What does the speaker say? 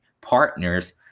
partners